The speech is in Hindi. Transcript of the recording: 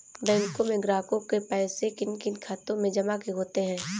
बैंकों में ग्राहकों के पैसे किन किन खातों में जमा होते हैं?